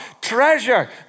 Treasure